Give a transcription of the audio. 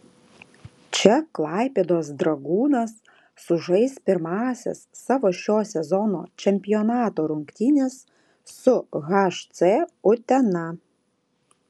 čia klaipėdos dragūnas sužais pirmąsias savo šio sezono čempionato rungtynes su hc utena